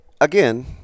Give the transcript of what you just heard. Again